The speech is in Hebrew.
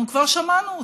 אנחנו כבר שמענו אותם.